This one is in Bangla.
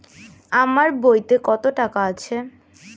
আমার বইতে কত টাকা আছে?